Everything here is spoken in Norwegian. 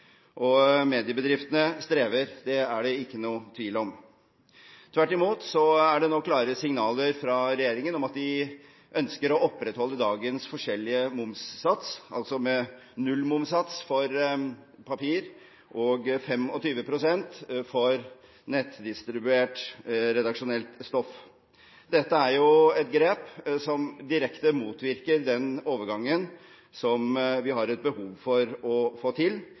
og mediebedriftene strever, det er det ikke noen tvil om. Tvert imot er det nå klare signaler fra regjeringen om at de ønsker å opprettholde dagens forskjellige momssatser, altså nullmomssats for papir og 25 pst. moms for nettdistribuert redaksjonelt stoff. Dette er et grep som direkte motvirker den overgangen vi har behov for å få til,